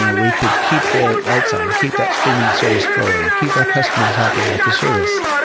ah we could keep the lights on, keep that streaming service flowing. keep our customers happy with the service,